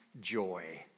joy